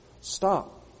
stop